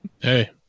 hey